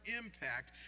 impact